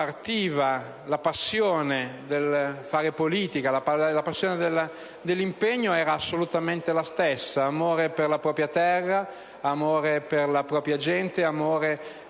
la passione del fare politica e dell'impegno era assolutamente la stessa: amore per la propria terra, amore per la propria gente, amore per i valori